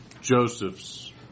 Joseph's